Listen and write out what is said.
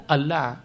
Allah